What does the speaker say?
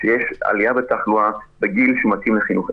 שיש עלייה בתחלואה בגיל שמתאים לחינוך.